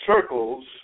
circles